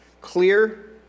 clear